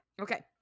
okay